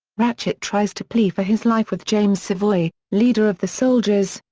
ratchet tries to plea for his life with james savoy, leader of the soldiers,